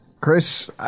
Chris